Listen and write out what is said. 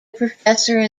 professor